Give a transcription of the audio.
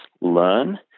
learn